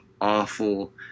awful –